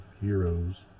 heroes